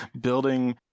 building